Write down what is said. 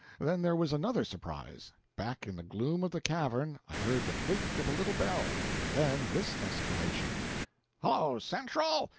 then there was another surprise. back in the gloom of the cavern i heard the clink of a little bell, and then this exclamation hello central!